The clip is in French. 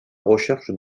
recherche